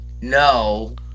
No